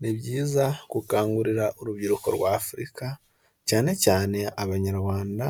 Ni byiza gukangurira urubyiruko rwa afurika cyane cyane abanyarwanda